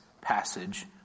passage